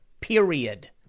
Period